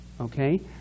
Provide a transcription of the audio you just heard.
okay